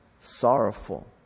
sorrowful